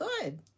good